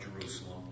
Jerusalem